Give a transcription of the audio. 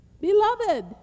Beloved